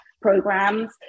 programs